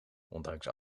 ondanks